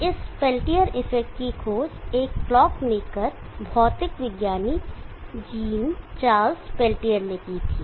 तो इस Peltier effect की खोज एक क्लॉक मेकर भौतिक विज्ञानी जीन चार्ल्स पेल्टियर ने की थी